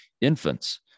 infants